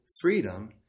freedom